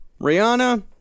Rihanna